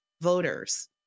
voters